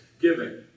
giving